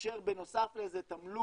כאשר בנוסף לזה תמלוג